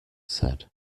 said